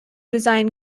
design